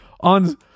on